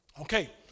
Okay